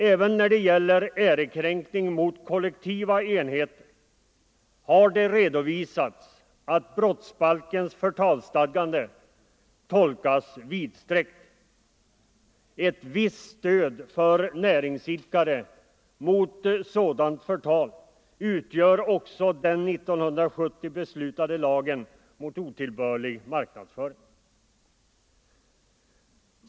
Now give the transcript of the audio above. Även när det gäller ärekränkning mot kollektiva enheter har det redovisats att brottsbalkens förtalsstadgande tolkas vidsträckt. Ett visst stöd för näringsidkare mot sådant förtal utgör också den 1970 beslutade lagen mot otillbörlig marknadsföring.